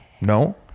no